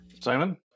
Simon